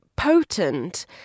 Potent